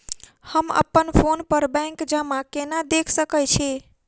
हम अप्पन फोन पर बैंक जमा केना देख सकै छी?